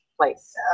place